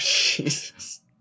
Jesus